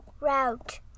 route